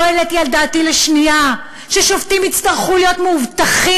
לא העליתי על דעתי לשנייה ששופטים יצטרכו להיות מאובטחים